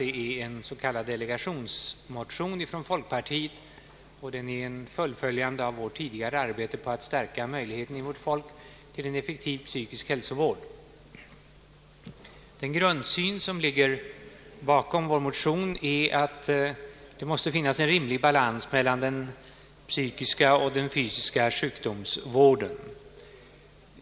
Det är en s.k. delegationsmotion från folkpartiet, och den är ett fullföljande av vårt tidigare arbete på att stärka möjligheten för vårt folk att få en effektiv psykisk hälsovård, Den grundsyn som ligger bakom vår motion är att det måste finnas en rimlig balans mellan den psykiska och fvsiska sjukdomsvården.